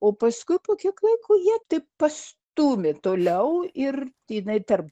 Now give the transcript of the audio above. o paskui po kiek laiko ją taip pastūmė toliau ir jinai tarp